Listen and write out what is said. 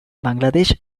bangladesh